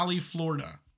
Florida